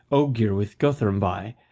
ogier with guthrum by,